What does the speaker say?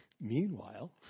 Meanwhile